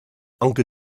uncle